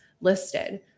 listed